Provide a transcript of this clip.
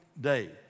day